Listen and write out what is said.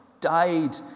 died